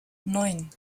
neun